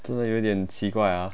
真的有点奇怪啊